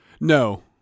No